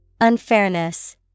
Unfairness